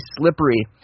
slippery